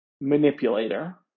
manipulator